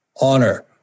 honor